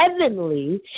heavenly